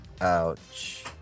Ouch